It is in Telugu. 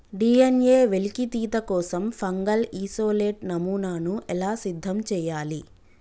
డి.ఎన్.ఎ వెలికితీత కోసం ఫంగల్ ఇసోలేట్ నమూనాను ఎలా సిద్ధం చెయ్యాలి?